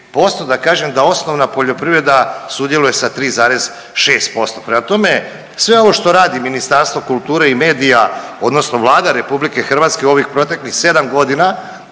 da kažem da osnovna poljoprivreda sudjeluje sa 3,6%. Prema tome, sve ovo što radi Ministarstvo kulture i medija odnosno Vlada RH u ovih proteklih 7 godina,